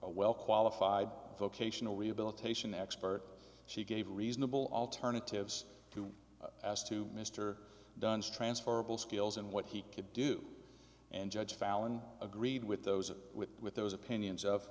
a well qualified vocational rehabilitation expert she gave reasonable alternatives to as to mr dunn's transferable skills and what he could do and judge fallon agreed with those with those opinions of